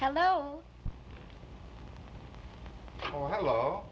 hello hello hello